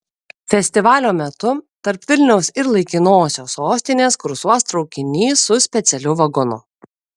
festivalio metu tarp vilniaus ir laikinosios sostinės kursuos traukinys su specialiu vagonu